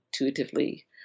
intuitively